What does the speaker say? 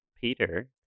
Peter